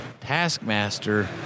Taskmaster